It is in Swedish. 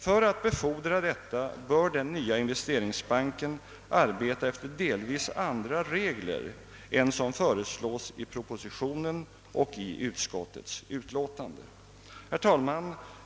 För att befordra detta bör den nya investeringsbanken arbeta efter delvis andra regler än dem som föreslås i propositionen och av utskottet. Herr talman!